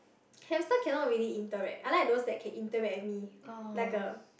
hamster cannot really interact I like those that can interact with me like a